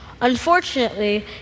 Unfortunately